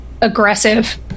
aggressive